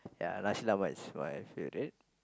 ya nasi-lemak is wife favourite